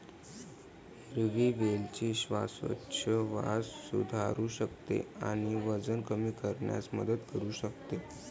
हिरवी वेलची श्वासोच्छवास सुधारू शकते आणि वजन कमी करण्यास मदत करू शकते